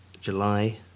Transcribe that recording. July